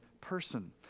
person